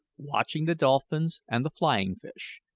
watching the dolphins and the flying-fish,